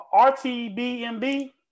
RTBMB